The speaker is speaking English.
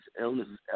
illnesses